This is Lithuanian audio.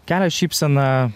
kelia šypseną